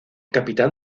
capitán